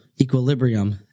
equilibrium